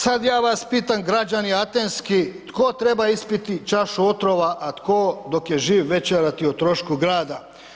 Sad ja vas pitam građani atenski, tko treba ispiti čašu otrova a tko dok je živ večerati o trošku grada?